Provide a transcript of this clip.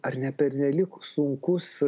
ar ne pernelyg sunkus